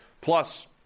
Plus